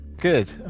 good